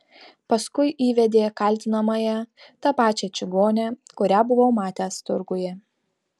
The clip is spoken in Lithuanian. paskui įvedė kaltinamąją tą pačią čigonę kurią buvau matęs turguje